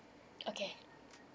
okay